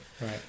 Right